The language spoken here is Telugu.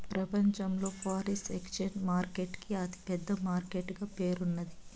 ప్రపంచంలో ఫారిన్ ఎక్సేంజ్ మార్కెట్ కి అతి పెద్ద మార్కెట్ గా పేరున్నాది